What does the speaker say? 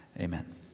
Amen